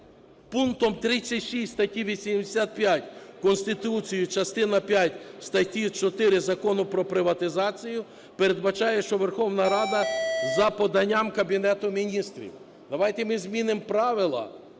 пунктом 36 статті 85 Конституції, частина п'ять статті 4 Закону про приватизацію передбачає, що Верховна Рада за поданням Кабінету Міністрів. Давайте ми змінимо правила,